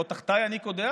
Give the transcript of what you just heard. לא תחתיי אני קודח?